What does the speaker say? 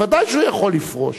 ודאי שהוא יכול לפרוש,